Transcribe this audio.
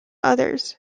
others